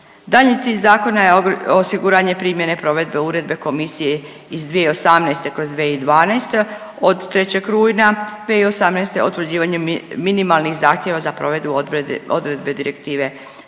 Daljnji cilj zakona je osiguranje primjene provedbe uredbe Komisije iz 2018./2012. od 3. rujna 2018. utvrđivanjem minimalnih zahtjeva za provedbu odredbe Direktive 2007./36